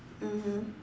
mmhmm